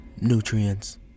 Nutrients